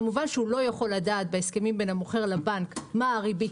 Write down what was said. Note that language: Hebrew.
כמובן שהוא לא יכול לדעת בהסכמים בין המוכר לבנק מה הריבית